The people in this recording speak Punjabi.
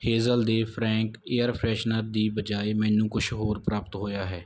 ਹੇਜ਼ਲ ਦੇ ਫਰੈਂਕ ਏਅਰ ਫਰੈਸ਼ਨਰ ਦੀ ਬਜਾਏ ਮੈਨੂੰ ਕੁਛ ਹੋਰ ਪ੍ਰਾਪਤ ਹੋਇਆ ਹੈ